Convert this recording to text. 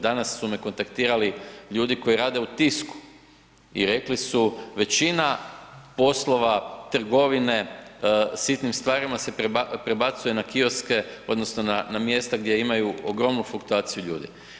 Danas su me kontaktirali ljudi koji rade u Tisku i rekli su većina poslova, trgovine sitnim stvarima se prebacuje na kioske odnosno na, na mjesta gdje imaju ogromnu fruktaciju ljudi.